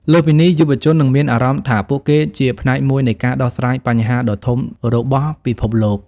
លើសពីនេះ យុវជននឹងមានអារម្មណ៍ថាពួកគេជាផ្នែកមួយនៃការដោះស្រាយបញ្ហាដ៏ធំរបស់ពិភពលោក។